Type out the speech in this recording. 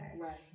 Right